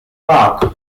park